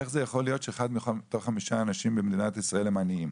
איך זה יכול להיות שאחד מתוך חמישה אנשים במדינת ישראל הוא עני?